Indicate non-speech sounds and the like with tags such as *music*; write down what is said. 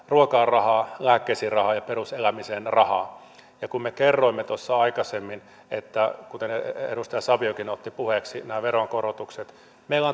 *unintelligible* ruokaan rahaa lääkkeisiin rahaa ja peruselämiseen rahaa kun me kerroimme tuossa aikaisemmin kuten edustaja saviokin otti puheeksi nämä veronkorotukset että meillä *unintelligible*